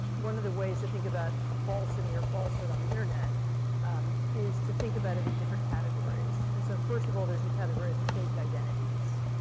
one of the ways to think about falsity or falsehood on the internet is to think about it in different categories. and so first of all, there's the category fake identities.